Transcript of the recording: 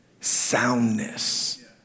soundness